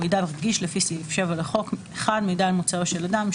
הוא מידע רגיש לפי סעיף 7 לחוק: מידע על מוצאו של אדם,